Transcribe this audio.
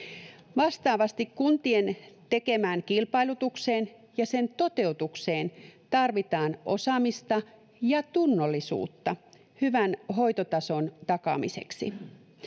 vastaavasti kuntien tekemään kilpailutukseen ja sen toteutukseen tarvitaan osaamista ja tunnollisuutta hyvän hoitotason takaamiseksi